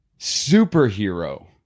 superhero